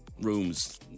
rooms